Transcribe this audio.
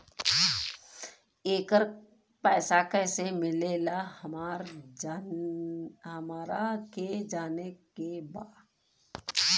येकर पैसा कैसे मिलेला हमरा के जाने के बा?